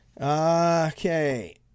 Okay